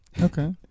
Okay